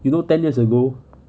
you know ten years ago